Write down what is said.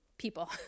people